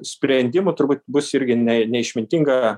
sprendimų turbūt bus irgi ne neišmintinga